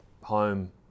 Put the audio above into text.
home